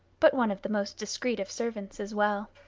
but one of the most discreet of servants as well.